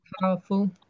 powerful